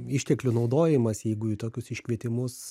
išteklių naudojimas jeigu į tokius iškvietimus